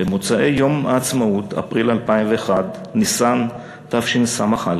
במוצאי יום העצמאות אפריל 2011, ניסן תשס"א,